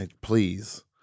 Please